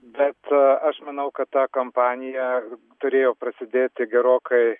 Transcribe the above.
bet aš manau kad ta kampanija turėjo prasidėti gerokai